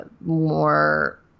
more